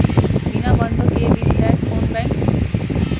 বিনা বন্ধক কে ঋণ দেয় কোন ব্যাংক?